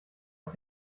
auf